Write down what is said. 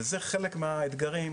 וזה חלק מהאתגרים.